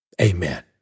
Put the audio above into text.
amen